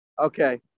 Okay